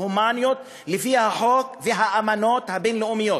הומניות לפי החוק והאמנות הבין-לאומיות.